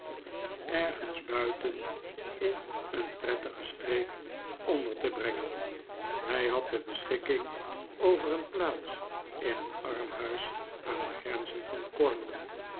terug ten in een prettige streek onder te brengen hij had de beschikking over een plaats in een armhuis aan de grenzen van cornwall